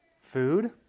Food